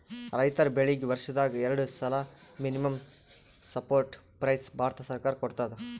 ರೈತರ್ ಬೆಳೀಗಿ ವರ್ಷದಾಗ್ ಎರಡು ಸಲಾ ಮಿನಿಮಂ ಸಪೋರ್ಟ್ ಪ್ರೈಸ್ ಭಾರತ ಸರ್ಕಾರ ಕೊಡ್ತದ